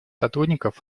сотрудников